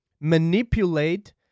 manipulate